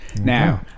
Now